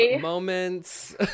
moments